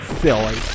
silly